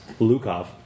Lukov